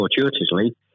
fortuitously